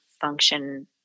function